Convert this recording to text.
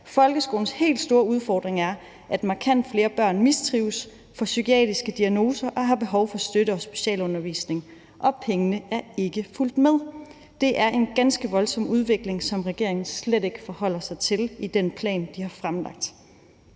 »Folkeskolens helt store udfordring er, at markant flere børn mistrives, får psykiatriske diagnoser og har behov for støtte og specialundervisning. Og pengene er ikke fulgt med. Det er en ganske voldsom udvikling, som regeringen slet ikke forholder sig til i den plan, de har fremlagt.”